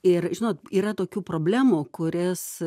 ir žinot yra tokių problemų kurias